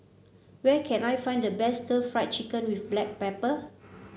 where can I find the best Stir Fried Chicken with Black Pepper